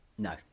No